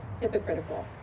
hypocritical